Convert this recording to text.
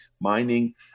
mining